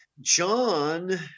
John